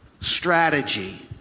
strategy